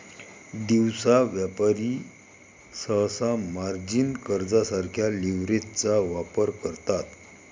दिवसा व्यापारी सहसा मार्जिन कर्जासारख्या लीव्हरेजचा वापर करतात